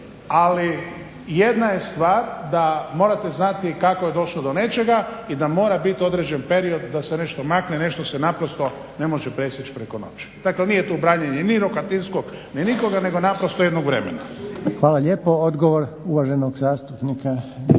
ali jedna je stvar da morate znati kako je došlo do nečega i da mora biti određeni period da se nešto makne, nešto se naprosto ne može presjeći preko noći. Dakle, nije tu upravljanje ni Rohatinskog ni nikoga nego naprosto jednog vremena. **Reiner, Željko (HDZ)** Hvala lijepo. Odgovor uvaženog zastupnika